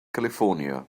california